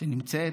שנמצאת,